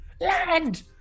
Land